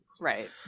Right